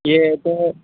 یہ تو